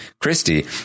Christie